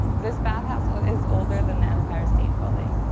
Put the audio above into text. this bathhouse is older than the empire state building.